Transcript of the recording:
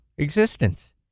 existence